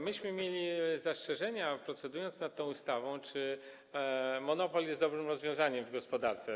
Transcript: Myśmy mieli zastrzeżenia, procedując nad tą ustawą, co do tego, czy monopol jest dobrym rozwiązaniem w gospodarce.